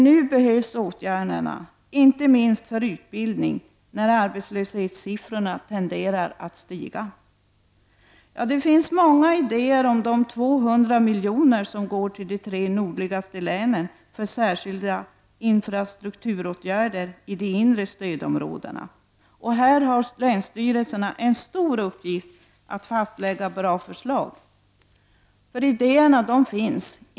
Nu behövs åtgärderna -- inte minst för utbildning -- när arbetslöshetssiffrorna tenderar att stiga. Det finns många idéer om de 200 miljoner som går till de tre nordligaste länen för särskilda infrastrukturåtgärder i de inre stödområdena. Här har länsstyrelserna en stor uppgift att fastlägga bra förslag. Idéerna de finns.